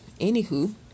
anywho